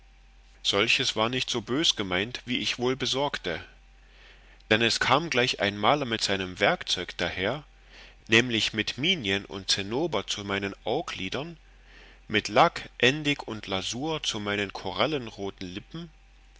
solches war nicht so bös gemeint wie ich wohl besorgte dann es kam gleich ein maler mit seinem werkzeug daher nämlich mit minien und zinnober zu meinen auglidern mit lack endig und lasur zu meinen korallenroten lippen